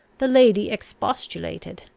the lady expostulated.